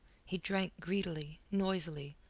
he drank greedily, noisily,